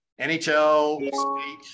NHL